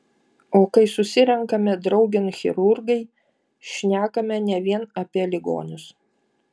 o kai susirenkame draugėn chirurgai šnekame ne vien apie ligonius